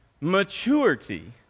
Maturity